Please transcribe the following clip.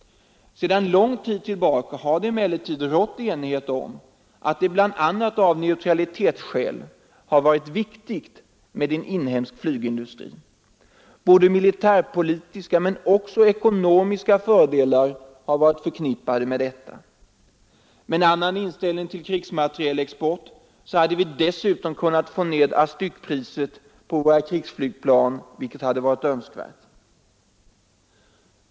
Sedan lång tid tillbaka har dock rått enighet om att det bl.a. av neutralitetsskäl har varit viktigt med en inhemsk flygindustri. Både militärpolitiska och ekonomiska fördelar har varit förknippade med detta. Med en annan inställning till krigsmaterielexport så hade vi dessutom kunnat få ned styckepriset på våra krigsflygplan, vilket hade varit önskvärt.